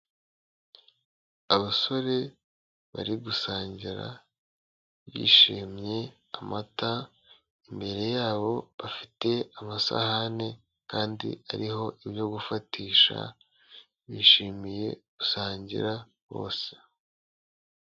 Abasore bari gusangira bishimye amata, imbere yabo bafite amasahani kandi ariho ibyo gufatisha, bishimiye gusangira bose.